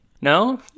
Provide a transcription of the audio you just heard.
No